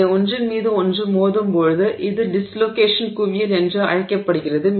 அவை ஒன்றின் மீது ஒன்று மோதும்போது இது டிஸ்லோகேஷன் குவியல் என்று அழைக்கப்படுகிறது